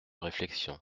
réflexion